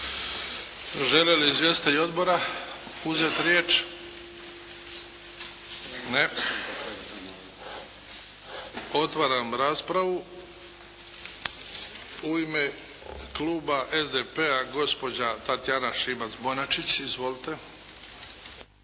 Žele li izvjestitelji odbora uzeti riječ? Ne. Otvaram raspravu. U ime Kluba SDP-a, gospođa Tatjana Šimac-Bonačić. Izvolite.